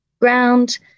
ground